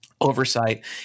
oversight